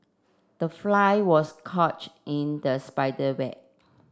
the fly was caught in the spider web